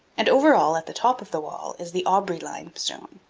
and over all, at the top of the wall, is the aubrey limestone,